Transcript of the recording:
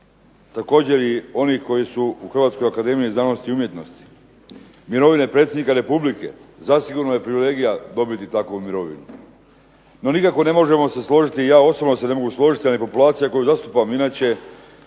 također i oni koji su u Hrvatskoj akademiji znanosti i umjetnosti, mirovina predsjednika Republike, zasigurno je privilegija dobiti takvu mirovinu. No nikako se ne možemo složiti i ja osobno se ne mogu složiti a ni populacija koju zastupam, inače